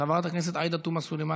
חברת הכנסת עאידה תומא סלימאן,